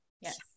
yes